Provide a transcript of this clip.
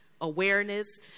awareness